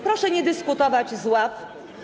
Proszę nie dyskutować z ław.